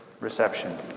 reception